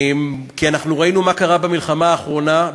כי אנחנו ראינו מה קרה במלחמה האחרונה,